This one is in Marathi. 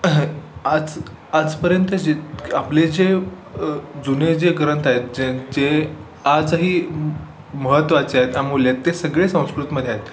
आज आजपर्यंत जित आपले जे जुने जे ग्रंथ आहेत जे जे आजही म महत्त्वाचे आहेत अमूल्ये आहेत ते सगळे संस्कृतमध्ये आहेत